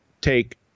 take